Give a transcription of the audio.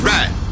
Right